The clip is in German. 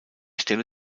stelle